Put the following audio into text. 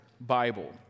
Bible